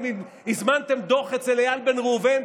אתם הזמנתם דוח אצל איל בן ראובן.